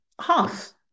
half